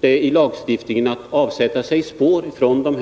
dessa utredningar att sätta spår i lagstiftningen.